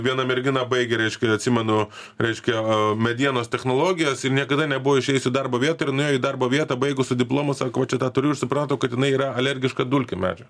viena mergina baigė reiškia atsimenu raiškia medienos technologijos ir niekada nebuvo išėjus į darbo vietą ir nuėjo į darbo vietą baigus su diplomu sako va čia tą turiu ir suprato kad jinai yra alergiška dulkėm medžio